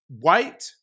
White